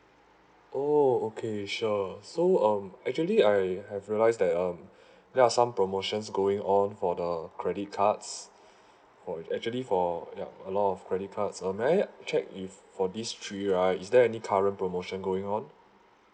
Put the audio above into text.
oh okay sure so um actually I have realised that um there are some promotions going on for the credit cards oh it's actually for yup a lot of credit cards uh may I check if for these three right is there any current promotion going on